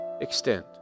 extend